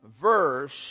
verse